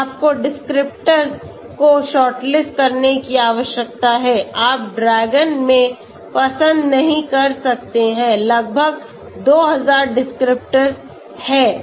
फिर आपको डिस्क्रिप्टर्स को शॉर्टलिस्ट करने की आवश्यकता है आप DRAGON में पसंद नहीं कर सकते हैं लगभग 2000 डिस्क्रिप्टर्स हैं